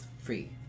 free